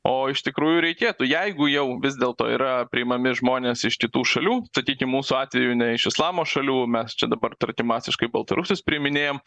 o iš tikrųjų reikėtų jeigu jau vis dėlto yra priimami žmonės iš kitų šalių sakykim mūsų atveju ne iš islamo šalių mes čia dabar tarkim masiškai baltarusius priminėjam